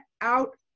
out